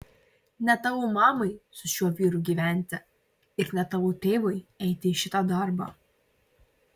ne tavo mamai su šiuo vyru gyventi ir ne tavo tėvui eiti į šitą darbą